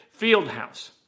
Fieldhouse